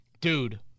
dude